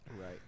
Right